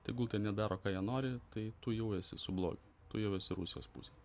tegul ten jie daro ką jie nori tai tu jau esi su blogiu tu jau esi rusijos pusėj